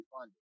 funded